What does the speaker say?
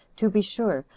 to be sure,